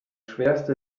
schwerste